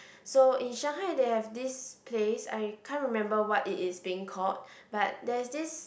so in Shanghai there have this place I can't remember what it is being called but there is this